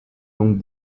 donc